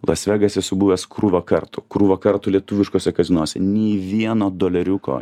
las vegase esu buvęs krūvą kartų krūvą kartų lietuviškuose kazinose nei vieno doleriuko